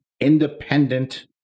independent